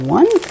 one